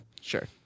Sure